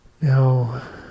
Now